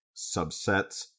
subsets